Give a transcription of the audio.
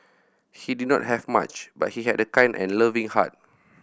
he did not have much but he had a kind and loving heart